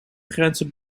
grenzen